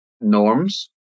norms